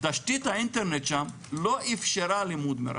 תשתית האינטרנט שם לא אפשרה לימוד מרחוק.